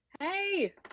hey